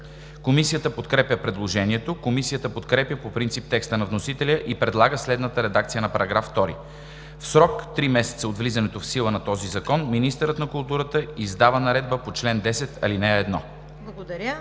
Комисията подкрепя предложението. Комисията подкрепя по принцип текста на вносителя и предлага следната редакция на § 2: „§ 2. В срок три месеца от влизането в сила на този закон министърът на културата издава наредбата по чл. 10, ал. 1“.